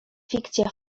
fikcja